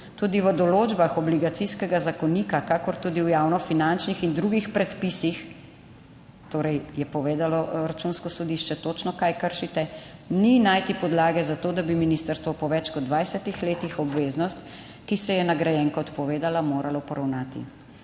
Tudi v določbah obligacijskega zakonika, kakor tudi v javno finančnih in drugih predpisih, torej, je povedalo Računsko sodišče, točno kaj kršite, ni najti podlage za to, da bi ministrstvo po več kot 20 letih obveznost, ki se je nagrajenka odpovedala moralo poravnati.